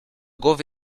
głowy